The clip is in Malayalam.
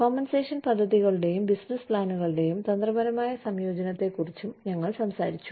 കോമ്പൻസേഷൻ പദ്ധതികളുടെയും ബിസിനസ് പ്ലാനുകളുടെയും തന്ത്രപരമായ സംയോജനത്തെക്കുറിച്ചും ഞങ്ങൾ സംസാരിച്ചു